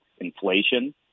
inflation